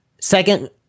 Second